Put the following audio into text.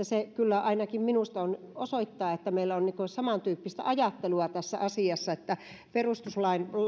se kyllä ainakin minusta osoittaa että meillä on niin kuin samantyyppistä ajattelua tässä asiassa perustuslain